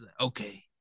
okay